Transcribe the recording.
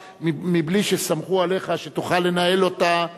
בלי שסמכו עליך שתוכל לנהל אותה בצורה הטובה ביותר.